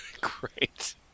Great